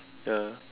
ya